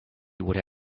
would